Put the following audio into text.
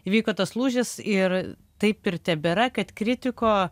įvyko tas lūžis ir taip ir tebėra kad kritiko